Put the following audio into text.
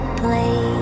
play